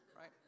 right